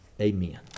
Amen